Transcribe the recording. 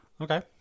Okay